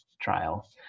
Trial